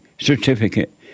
Certificate